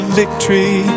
victory